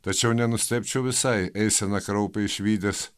tačiau nenustebčiau visai eisena kraupią išvydęs